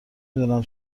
دونم